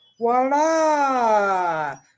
voila